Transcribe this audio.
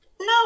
No